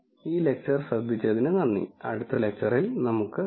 ഈ ലെക്ച്ചർ ശ്രദ്ധിച്ചതിന് നന്ദി അടുത്ത ലെക്ച്ചറിൽ നമുക്ക് കാണാം